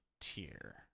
tier